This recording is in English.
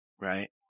right